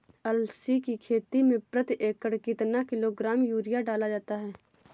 अलसी की खेती में प्रति एकड़ कितना किलोग्राम यूरिया डाला जाता है?